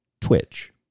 Twitch